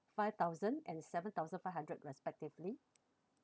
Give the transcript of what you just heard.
five thousand and seven thousand five hundred respectively